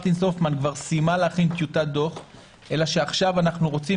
חברת מרטין סופמן כבר סיימה להכין טיוטת דוח אלא עכשיו אנחנו רוצים